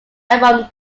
album